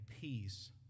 peace